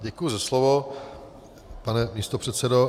Děkuji za slovo, pane místopředsedo.